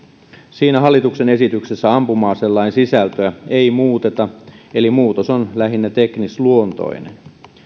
siinä hallituksen esityksessä ampuma aselain sisältöä ei muuteta eli muutos on lähinnä teknisluontoinen